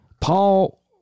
Paul